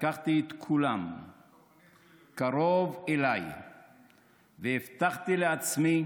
לקחתי את כולם קרוב אליי והבטחתי לעצמי